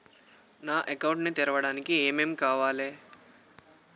నా అకౌంట్ ని తెరవడానికి ఏం ఏం కావాలే?